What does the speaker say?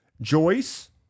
Joyce